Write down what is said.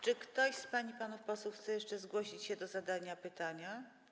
Czy ktoś z pań i panów posłów chce jeszcze zgłosić się do zadania pytania?